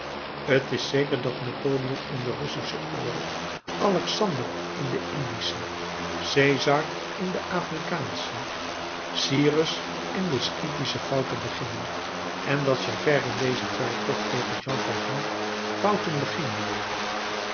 t is zeker dat napoleon in den russischen oorlog alexander in den indischen cesar in den afrikaanschen cyrus in den scytischen fouten begingen en dat javert in dezen veldtocht tegen jean valjean fouten beging